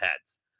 heads